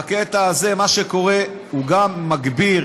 בקטע הזה, מה שקורה, הוא גם מגביר